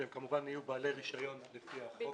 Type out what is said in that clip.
שהם כמובן יהיו בעלי רישיון לפי החוק.